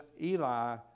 Eli